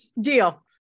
Deal